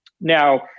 Now